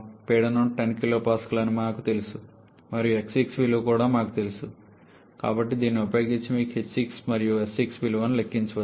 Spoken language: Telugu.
పీడనం 10 kPa అని మాకు తెలుసు మరియు x6 విలువ కూడా మాకు తెలుసు కాబట్టి దీన్ని ఉపయోగించి మీకు h6 మరియు s6 విలువను లెక్కించవచ్చు